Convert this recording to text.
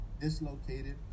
dislocated